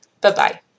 Bye-bye